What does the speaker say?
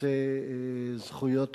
בנושא זכויות האדם,